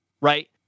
right